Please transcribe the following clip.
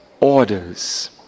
orders